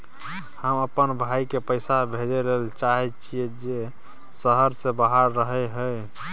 हम अपन भाई के पैसा भेजय ले चाहय छियै जे शहर से बाहर रहय हय